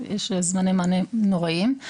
יש זמני מענה נוראיים.